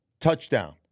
touchdown